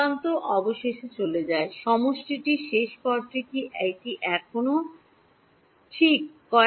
চূড়ান্ত অবশেষে চলে যায় সমষ্টিটির শেষ পদটি কী এটি এখনও ঠিক